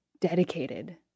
Dedicated